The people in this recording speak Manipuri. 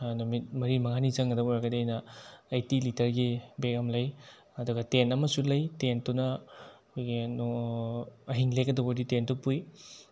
ꯅꯨꯃꯤꯠ ꯃꯔꯤ ꯃꯉꯥꯅꯤ ꯆꯪꯒꯗꯕ ꯑꯣꯏꯔꯒꯗꯤ ꯑꯩꯅ ꯑꯩꯠꯇꯤ ꯂꯤꯇꯔꯒꯤ ꯕꯦꯛ ꯑꯃ ꯂꯩ ꯑꯗꯨꯒ ꯇꯦꯟꯠ ꯑꯃꯁꯨ ꯂꯩ ꯇꯦꯟꯠꯇꯨꯅ ꯑꯩꯈꯣꯏꯒꯤ ꯑꯍꯤꯡ ꯂꯦꯛꯀꯗꯩꯕ ꯑꯣꯏꯔꯗꯤ ꯇꯦꯟꯠꯇꯨ ꯄꯨꯏ